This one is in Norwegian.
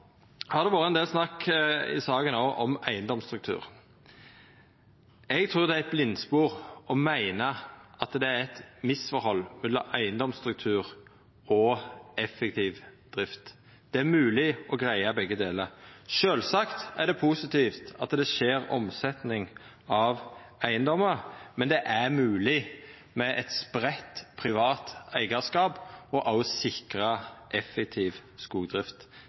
Det har vore ein del snakk i saka om eigedomsstruktur. Eg trur det er eit blindspor å meina at det er eit misforhold mellom eigedomsstruktur og effektiv drift. Det er mogleg å greia begge deler. Sjølvsagt er det positivt at det skjer omsetning av eigedomar, men det er mogleg med eit spreitt, privat eigarskap og samtidig sikra effektiv